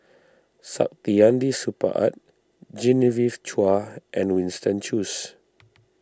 Saktiandi Supaat Genevieve Chua and Winston Choos